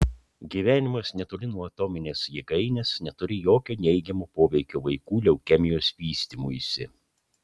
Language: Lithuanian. gyvenimas netoli nuo atominės jėgainės neturi jokio neigiamo poveikio vaikų leukemijos vystymuisi